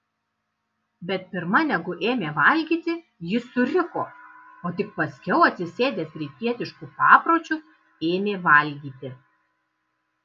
bet pirma negu ėmė valgyti jis suriko o tik paskiau atsisėdęs rytietišku papročiu ėmė valgyti